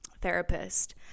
therapist